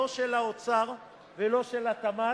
לא של האוצר ולא של התמ"ת.